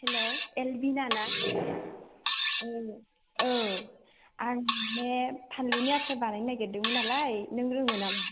hello एलबिना ना औ आं माने फानलुनि आसार बानायनो नागिरदोंमोन नालाय नों रोङो नामा